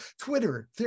Twitter